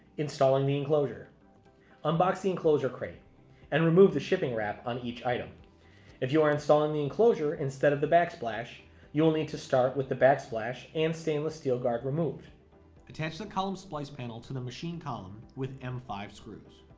installing the enclosure unbox the enclosure crate and remove the shipping wrap on each item if you are installing the enclosure instead of the backsplash you will need to start with the backsplash and stainless steel guard removed attach the column splice panel to the machine column with m five screws